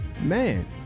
man